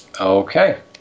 Okay